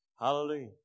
Hallelujah